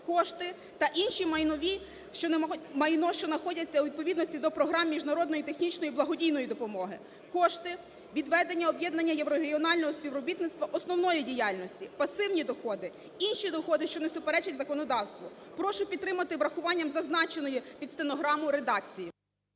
кошти та інше майно, що надходить у відповідності до програм міжнародної технічної благодійної допомоги; кошти від ведення об'єднанням єврорегіонального співробітництва основної діяльності; пасивні доходи; інші доходи, що не суперечать законодавству". Прошу підтримати з урахуванням зазначеної під стенограму редакції.